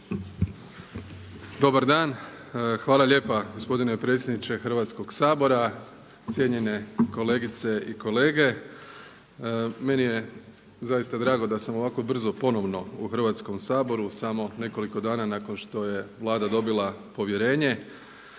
Dobar dan. Hvala lijepa gospodine predsjedniče Hrvatskoga sabora, cijenjene kolegice i kolege. Meni je zaista drago da sam ovako brzo ponovno u Hrvatskom saboru samo nekoliko dana nakon što je Vlada dobila povjerenje